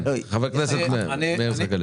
חבר הכנסת מאיר הלוי.